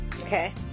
okay